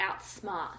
outsmart